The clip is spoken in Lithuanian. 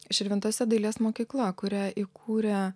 širvintose dailės mokykla kurią įkūrė